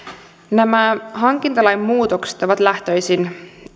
nämä hankintalain muutokset ovat lähtöisin